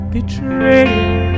Betrayed